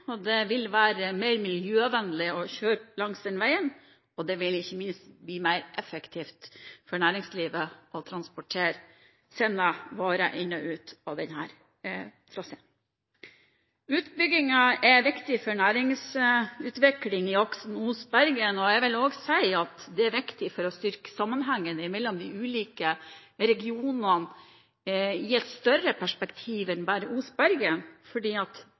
det vil være mer miljøvennlig å kjøre langs veien, og det vil ikke minst bli mer effektivt for næringslivet å transportere og sende varer inn og ut av denne traseen. Utbyggingen er viktig for næringsutvikling i aksen Os–Bergen. Jeg vil også si at det er viktig for å styrke sammenhengen mellom de ulike regionene i et større perspektiv enn bare Os–Bergen, fordi man får kortet ned strekningen og det blir sikrere å kjøre. Det betyr at